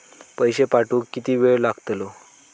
पैशे पाठवुक किती वेळ लागतलो?